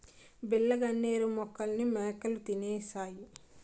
బిళ్ళ గన్నేరు మొక్కల్ని మేకలు తినేశాయి